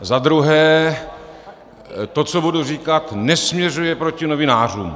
Za druhé to, co budu říkat, nesměřuje proti novinářům.